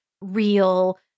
real